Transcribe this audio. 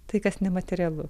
tai kas nematerialu